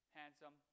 handsome